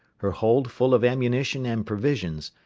her hold full of ammunition and provisions,